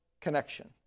connection